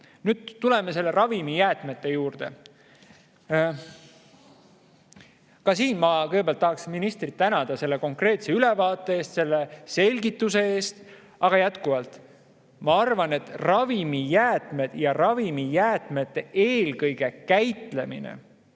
Nüüd tuleme ravimijäätmete juurde. Ka siin ma kõigepealt tahaksin ministrit tänada selle konkreetse ülevaate eest, selle selgituse eest. Aga jätkuvalt, ravimijäätmed ja eelkõige ravimijäätmete käitlemine